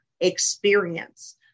experience